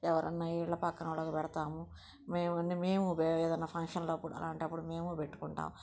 ఎవరన్న ఇళ్ళ పక్కన వాళ్ళకి పెడతాము మేము అన్నీ మేము బ ఏదన్న ఫంక్షన్ అప్పుడు అలాంటప్పుడు మేము పెట్టుకుంటాం